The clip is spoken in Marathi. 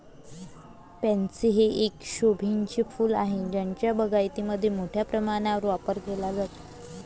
पॅन्सी हे एक शोभेचे फूल आहे ज्याचा बागायतीमध्ये मोठ्या प्रमाणावर वापर केला जातो